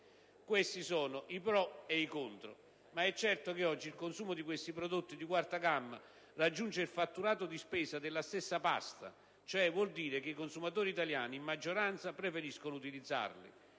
Questi sono i pro e i contro, ma è certo che oggi il consumo di questi prodotti di quarta gamma raggiunge il fatturato di spesa della stessa pasta: ciò vuol dire che i consumatori italiani, in maggioranza, preferiscono utilizzarli.